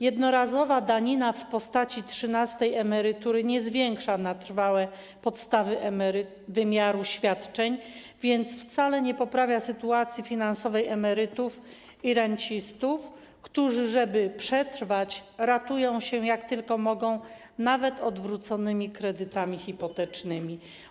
Jednorazowa danina w postaci trzynastej emerytury nie zwiększa na trwałe podstawy wymiaru świadczeń, więc wcale nie poprawia sytuacji finansowej emerytów i rencistów, którzy żeby przetrwać, ratują się, jak tylko mogą, nawet odwróconymi kredytami hipotecznymi.